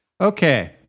Okay